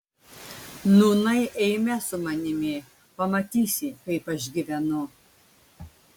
nūnai eime su manimi pamatysi kaip aš gyvenu